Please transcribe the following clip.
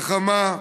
חכמה,